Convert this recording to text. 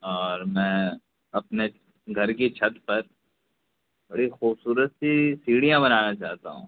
اور میں اپنے گھر کی چھت پر بڑی خوبصورت سی سیڑھیاں بنانا چاہتا ہوں